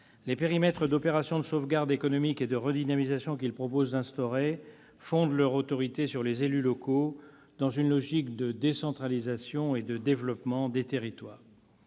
Les périmètres des opérations de sauvegarde économique et de redynamisation qu'il propose d'instaurer fondent leur autorité sur les élus locaux, dans une logique de décentralisation et de développement des territoires.